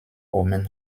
oomen